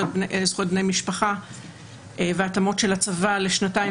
זכויות בני משפחה והתאמות של הצבה לשנתיים,